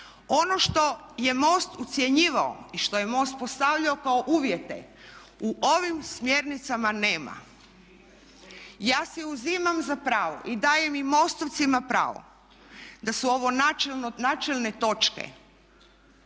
Ono što je MOST ucjenjivao i što je MOST postavljao kao uvjete u ovim smjernicama nema. Ja si uzimam za pravo i dajem i MOST-ovcima pravo da su ovo načelne točke